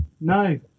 no